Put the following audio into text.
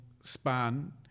span